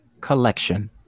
collection